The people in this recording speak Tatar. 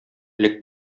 элек